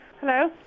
hello